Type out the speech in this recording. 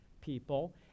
people